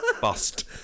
bust